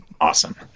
Awesome